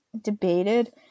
debated